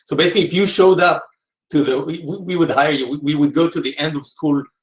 so basically if you showed up to that, we would we would hire you. we would go to the end of school